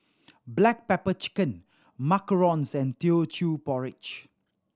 black pepper chicken macarons and Teochew Porridge